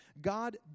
God